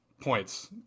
Points